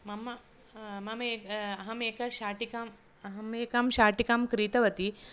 मम मम अहमेक शाटिकाम् अहम् एकां शाटिकां क्रीतवती